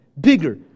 bigger